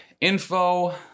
info